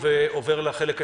תודה רבה.